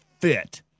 fit